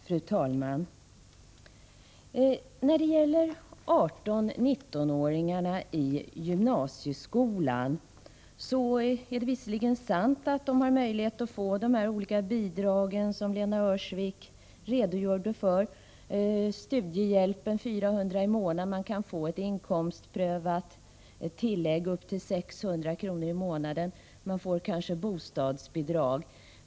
Fru talman! När det gäller 18-19-åringarna i gymnasieskolan, så är det visserligen sant att de har möjlighet att få de här olika bidragen som Lena Öhrsvik redogjorde för. Man kan få studiehjälpen på 400 kr. i månaden, man kan få ett inkomstprövat tillägg upp till 600 kr. i månaden och man får kanske bostadsbidrag.